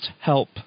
help